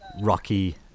rocky